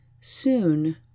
Soon